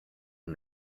and